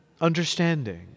understanding